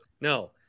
No